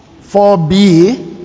4b